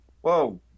Whoa